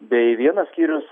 bei vienas skyrius